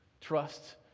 Trust